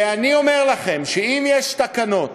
ואני אומר לכם שאם יש תקנות